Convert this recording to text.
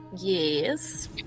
Yes